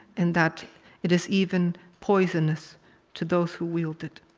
and that it is even poisonous to those who wield it.